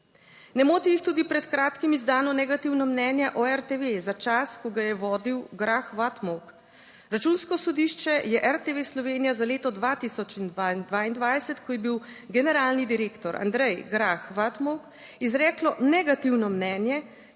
Ne moti jih tudi pred kratkim izdano negativno mnenje o RTV za čas, ko ga je vodil / nerazumljivo/. Računsko sodišče je RTV Slovenija za leto 2022, ko je bil generalni direktor Andrej / nerazumljivo/, izreklo negativno mnenje,